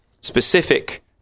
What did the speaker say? specific